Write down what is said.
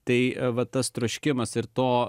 tai vat tas troškimas ir to